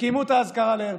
וקיימו את האזכרה להרצל.